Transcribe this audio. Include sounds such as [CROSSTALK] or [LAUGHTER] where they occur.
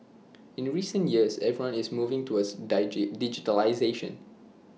in recent years everyone is moving towards [UNINTELLIGIBLE] digitisation